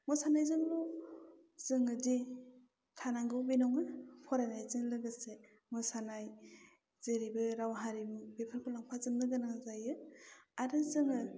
मोसानायजोंबो जोङोदि थानांगौ बे नङा फरायनायजों लोगोसे मोसानाय जेरैबो राव हारिमु बेफोरखौ लांफाजोबनो गोनां जायो आरो जोङो